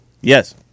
Yes